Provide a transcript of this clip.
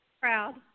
proud